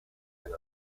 and